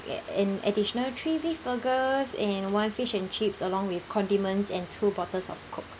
ad~ an additional three beef burgers and one fish and chips along with condiments and two bottles of coke